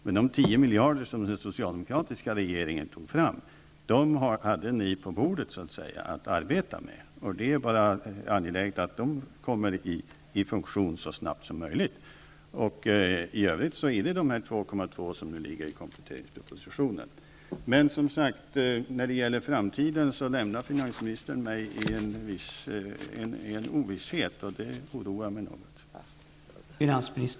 Men de 10 miljarder som den socialdemokratiska regeringen tog fram, hade den nuvarande regeringen på bordet att arbeta med. Det är angeläget att de kommer i funktion så snabbt som möjligt. I övrigt är det fråga om de 2,2 miljarder som föreslås i kompletteringspropositionen. När det gäller framtiden lämnar finansministern mig i en ovisshet, och det oroar mig något.